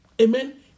Amen